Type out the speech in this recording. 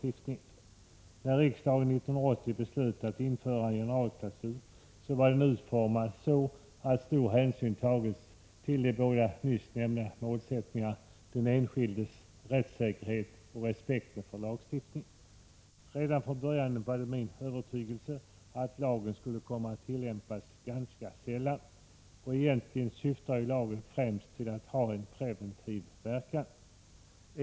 När riksdagen 1980 beslöt att införa en generalklausul var den utformad så att stor hänsyn togs till de båda nyss nämnda målsättningarna; den enskildes rättssäkerhet och respekten för lagstiftningen. Redan från början var det min övertygelse att lagen skulle komma att tillämpas ganska sällan. Egentligen var lagens främsta syfte att ge en preventiv verkan.